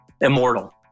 immortal